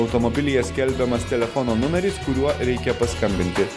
automobilyje skelbiamas telefono numeris kuriuo reikia paskambinti